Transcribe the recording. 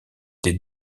des